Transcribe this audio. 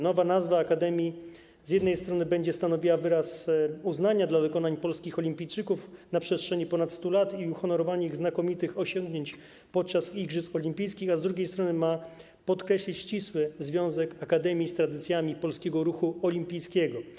Nowa nazwa akademii z jednej strony będzie stanowiła wyraz uznania dla dokonań polskich olimpijczyków na przestrzeni ponad 100 lat i uhonorowanie ich znakomitych osiągnięć podczas igrzysk olimpijskich, a z drugiej strony ma podkreślić ścisły związek akademii z tradycjami Polskiego Ruchu Olimpijskiego.